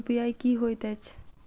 UPI की होइत अछि